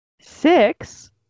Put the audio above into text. six